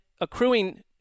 accruing